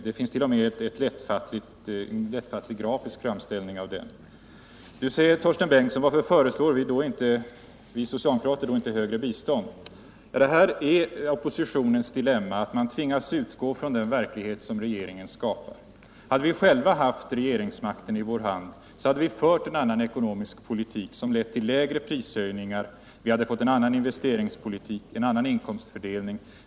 Det finns t.o.m. en lättfattlig grafisk framställning av den. Nu frågar Torsten Bengtson varför vi socialdemokrater då inte föreslår ett högre bistånd. Ja, detta är oppositionens dilemma, att man tvingas utgå från den verklighet som regeringen skapar. Hade vi socialdemokrater själva haft regeringsmakten i vår hand, hade vi fört en annan ekonomisk politik, som lett till mindre prishöjningar, en annan investeringspolitik och en annan inkomstfördelning.